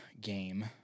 game